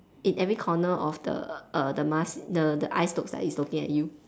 in every corner of the err the mask the the eyes looks like it's looking at you